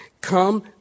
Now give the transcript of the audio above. Come